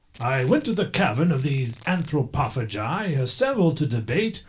i went to the cavern of these anthropophagi, assembled to debate,